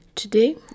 Today